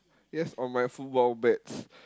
yes on my football bets